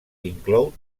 inclou